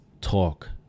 talk